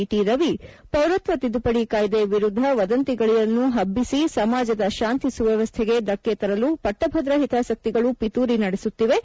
T Ravi ಪೌರತ್ವ ತಿದ್ದುಪಡಿ ಕಾಯ್ದೆ ವಿರುದ್ದ ವದಂತಿಗಳನ್ನು ಹಬ್ಬಿಸಿ ಸಮಾಜದ ಶಾಂತಿ ಸುವ್ಯವಸ್ಥೆಗೆ ಧಕ್ಕೆ ತರಲು ಪಟ್ಟಭದ್ರ ಹಿತಾಸಕ್ತಿಗಳು ಪಿತೂರಿ ನಡೆಸುತ್ತಿವೆ